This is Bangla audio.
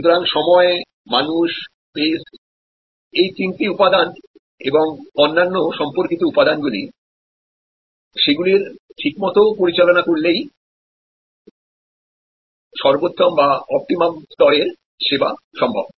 সুতরাং সময় মানুষ স্পেস এই তিনটি উপাদান এবং অন্যান্য সম্পর্কিত উপাদানগুলি সেগুলির ঠিকমতো পরিচালনা করলেই সর্বোত্তম স্তরের পরিষেবা সম্ভব